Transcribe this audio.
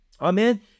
Amen